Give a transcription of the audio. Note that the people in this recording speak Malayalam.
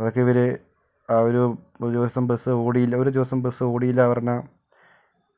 അതൊക്കെ ഇവര് ആ ഒരു ഒരു ദിവസം ബസ് ഓടിയില്ല ഒരു ദിവസം ബസ് ഓടിയില്ല പറഞ്ഞാൽ